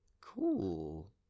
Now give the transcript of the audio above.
cool